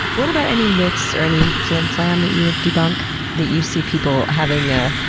what about any myths or any flimflam that you would debunk? that you see people having ah